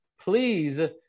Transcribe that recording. please